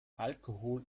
alkohol